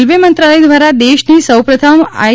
railway મંત્રાલય દ્વારા દેશની સૌપ્રથમ આઈ